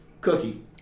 Cookie